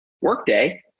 Workday